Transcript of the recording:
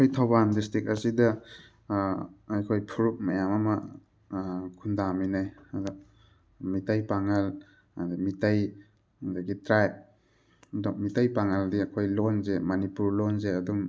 ꯑꯩꯈꯣꯏ ꯊꯧꯕꯥꯟ ꯗꯤꯁꯇ꯭ꯔꯤꯛ ꯑꯁꯤꯗ ꯑꯩꯈꯣꯏ ꯐꯨꯔꯨꯞ ꯃꯌꯥꯝ ꯑꯃ ꯈꯨꯟꯗꯥꯃꯤꯟꯅꯩ ꯑꯗ ꯃꯤꯇꯩ ꯄꯥꯉꯜ ꯑꯗ ꯃꯤꯇꯩ ꯑꯗꯒꯤ ꯇ꯭ꯔꯥꯕ ꯑꯗꯣ ꯃꯤꯇꯩ ꯄꯥꯉꯜꯗꯤ ꯑꯩꯈꯣꯏ ꯂꯣꯟꯁꯦ ꯃꯅꯤꯄꯨꯔ ꯂꯣꯟꯁꯦ ꯑꯗꯨꯝ